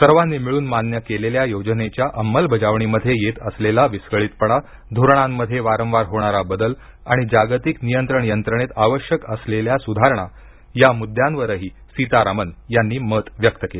सर्वांनी मिळून मान्य केलेल्या योजनेच्या अंमलबजावणीमध्ये येत असलेला विस्कळीतपणा धोरणांमध्ये वारंवार होणारा बदल आणि जागतिक नियंत्रण यंत्रणेत आवश्यक असलेल्या सुधारणा या मुद्द्यांवरही सीतारामन यांनी मत व्यक्त केलं